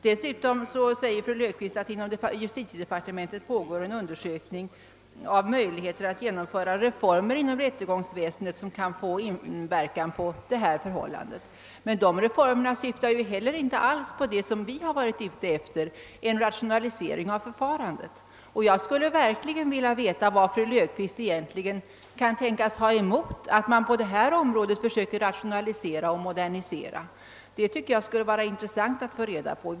Dessutom säger fru Löfqvist att det i justitiedepartementet pågår en undersökning av möjligheterna att genomföra reformer inom rättsväsendet som kan få inverkan på de förhållanden det här gäller. Men dessa reformer åsyftar ju heller inte alls det vi vill åstadkomma: en rationalisering av förfarandet. Och jag skulle verkligen vilja veta vad fru Löfqvist egentligen kan ha emot att man på detta område försöker rationalisera och modernisera. Det vore intressant att få reda på detta.